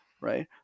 right